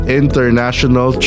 international